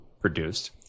produced